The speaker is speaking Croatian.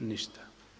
Ništa.